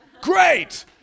great